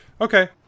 Okay